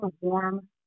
warm